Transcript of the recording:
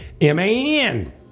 M-A-N